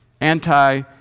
anti